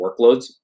workloads